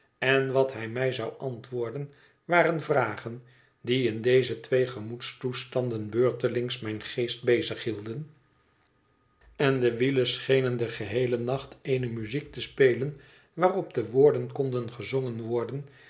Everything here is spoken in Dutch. en wat hij mij zou antwoorden waren vragen die in deze twee gemoedstoestanden beurtelings mijn geest bezig hielden en de wielen sche'nen den geheelen nacht eene muziek te spelen waarop de woorden konden gezongen worden